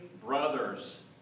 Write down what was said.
brothers